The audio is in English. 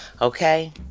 Okay